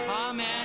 Amen